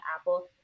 Apple